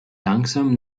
langsam